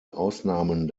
ausnahmen